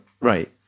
right